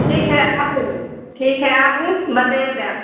ठीक हए आबू ठीक हए आबू हम बदलि देब